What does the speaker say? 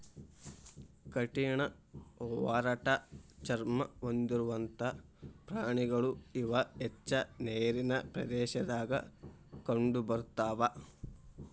ಕಠಿಣ ಒರಟ ಚರ್ಮಾ ಹೊಂದಿರುವಂತಾ ಪ್ರಾಣಿಗಳು ಇವ ಹೆಚ್ಚ ನೇರಿನ ಪ್ರದೇಶದಾಗ ಕಂಡಬರತಾವ